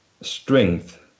strength